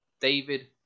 David